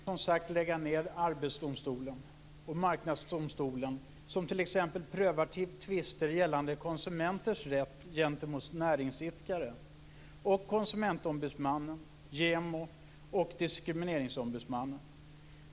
Herr talman! Moderaterna vill som sagt lägga ned Arbetsdomstolen och även Marknadsdomstolen, som t.ex. prövar tvister gällande konsumenters rätt gentemot näringsidkare. De vill lägga ned Konsumentombudsmannen, JämO och Diskrimineringsombudsmannen.